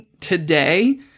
today